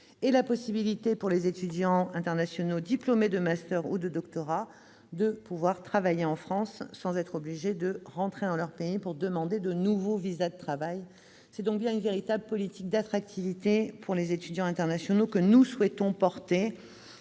sont inscrits. De plus, les étudiants internationaux disposant d'un diplôme de master ou de doctorat pourront travailler en France sans être obligés de rentrer dans leur pays pour demander de nouveaux visas de travail. C'est donc bien une véritable politique d'attractivité pour les étudiants internationaux que nous souhaitons mener.